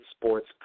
Sports